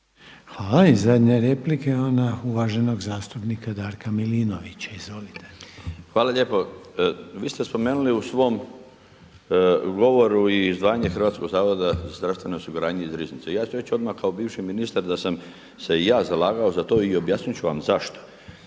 Hvala. I zadnja replika je ona uvaženog zastupnika Darka Milinovića. Izvolite. **Milinović, Darko (HDZ)** Hvala lijepo. Vi ste spomenuli u svom govoru i izdvajanje Hrvatskog zavoda za zdravstveno osiguranje iz Riznice. Ja ću reći odmah kao bivši ministar da sam se i ja zalagao za to i objasnit ću vam zašto.